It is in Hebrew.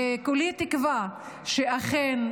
וכולי תקווה שאכן,